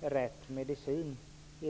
rätt medicin.